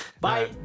Bye